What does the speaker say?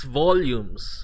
volumes